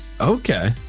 Okay